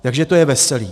Takže to je veselý.